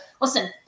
listen